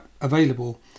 available